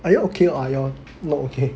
are you okay or are you all not okay